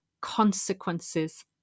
consequences